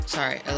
Sorry